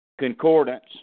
concordance